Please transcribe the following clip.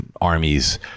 armies